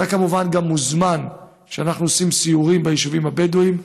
אתה כמובן גם מוזמן לסיורים שאנחנו עושים ביישובים הבדואיים,